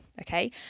Okay